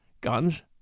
Guns